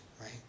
right